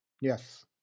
Yes